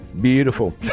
Beautiful